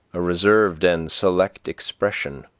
a reserved and select expression,